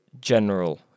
general